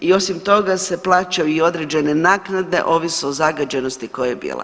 I osim toga se plaćaju i određene naknade ovisno o zagađenosti koja je bila.